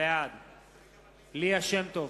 בעד ליה שמטוב,